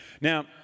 Now